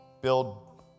build